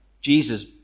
Jesus